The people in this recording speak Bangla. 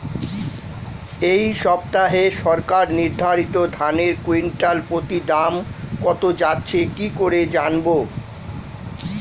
এই সপ্তাহে সরকার নির্ধারিত ধানের কুইন্টাল প্রতি দাম কত যাচ্ছে কি করে জানবো?